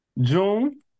June